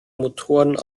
motoren